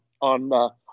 on